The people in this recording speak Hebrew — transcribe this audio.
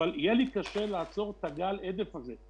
אבל יהיה לי קשה לעצור את גל ההדף הזה.